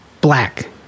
black